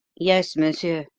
yes, monsieur.